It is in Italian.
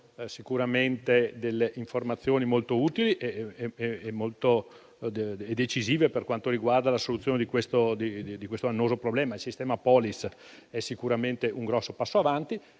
dato delle informazioni molto utili e decisive per quanto riguarda la soluzione di questo annoso problema. Il progetto Polis rappresenta sicuramente un grosso passo avanti.